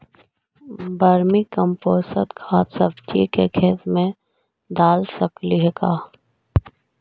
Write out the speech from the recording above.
Vermi compost खाद सब्जी के खेत दाल सकली हे का?